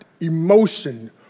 emotion